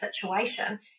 situation